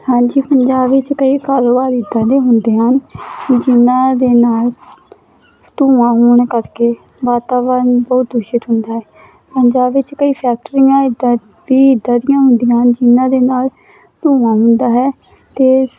ਹਾਂਜੀ ਪੰਜਾਬ ਵਿੱਚ ਕਈ ਕਾਰੋਬਾਰ ਇੱਦਾਂ ਦੇ ਹੁੰਦੇ ਹਨ ਜਿਹਨਾਂ ਦੇ ਨਾਲ ਧੂੰਆਂ ਹੋਣ ਕਰਕੇ ਵਾਤਾਵਰਨ ਬਹੁਤ ਦੂਸ਼ਿਤ ਹੁੰਦਾ ਹੈ ਪੰਜਾਬ ਵਿੱਚ ਕਈ ਫੈਕਟਰੀਆਂ ਇੱਦਾਂ ਦੀ ਇੱਦਾਂ ਦੀਆਂ ਹੁੰਦੀਆਂ ਜਿਹਨਾਂ ਦੇ ਨਾਲ ਧੂੰਆਂ ਹੁੰਦਾ ਹੈ ਅਤੇ